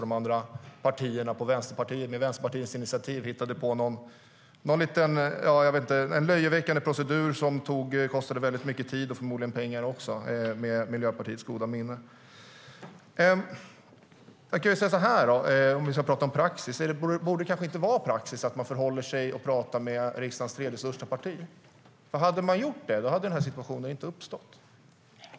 De andra partierna hittade på en löjeväckande procedur - på Vänsterpartiets initiativ - som kostade väldigt mycket tid och förmodligen även pengar, med Miljöpartiets goda minne. Om vi ska prata om praxis kan jag fråga: Borde det kanske inte vara praxis att man förhåller sig till och pratar med riksdagens tredje största parti? Hade man gjort det hade den här situationen inte uppstått.